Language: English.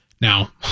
Now